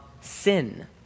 sin